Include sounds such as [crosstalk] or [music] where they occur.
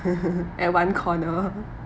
[laughs] at one corner